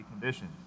condition